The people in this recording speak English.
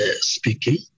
speaking